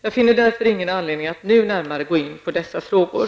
Jag finner därför ingen anledning att nu närmare gå in på dessa frågor.